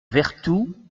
vertou